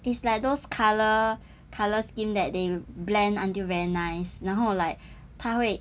it's like those colour colour scheme that they blend until very nice 然后 like 他会